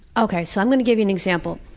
okay, so i'm going to give you an example.